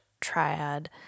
triad